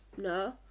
no